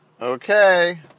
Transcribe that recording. Okay